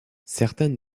certaines